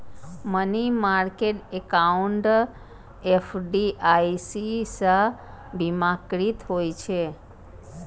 money market account FDIC सं बीमाकृत होइ छै